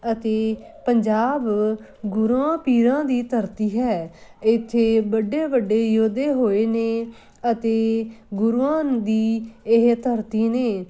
ਅਤੇ ਪੰਜਾਬ ਗੁਰੂਆਂ ਪੀਰਾਂ ਦੀ ਧਰਤੀ ਹੈ ਇੱਥੇ ਵੱਡੇ ਵੱਡੇ ਯੋਧੇ ਹੋਏ ਨੇ ਅਤੇ ਗੁਰੂਆਂ ਦੀ ਇਹ ਧਰਤੀ ਨੇ